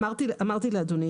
אמרתי לאדוני